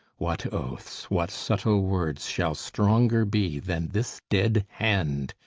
what oaths, what subtle words, shall stronger be than this dead hand,